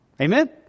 Amen